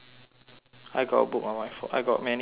I got a book on my phone I got many books on my phone